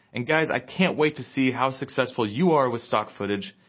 and guys, i can't wait to see how successful you are with stock footage,